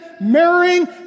marrying